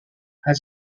had